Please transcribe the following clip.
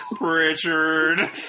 Richard